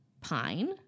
Pine